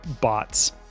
bots